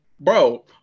Bro